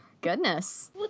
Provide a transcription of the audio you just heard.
Goodness